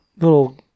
little